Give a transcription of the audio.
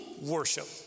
worship